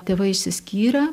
tėvai išsiskyrę